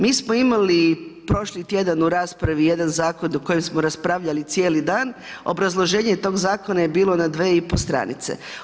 Mi smo imali prošli tjedan u raspravi jedan zakon o kojem smo raspravljali cijeli dan, obrazloženje tog zakona je bilo na 2,5 stranice.